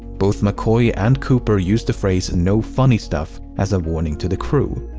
both mccoy and cooper used the phrase no funny stuff as a warning to the crew.